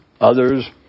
Others